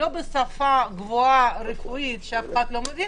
לא בשפה גבוהה, רפואית, שאף אחד לא מבין